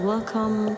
Welcome